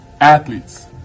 athletes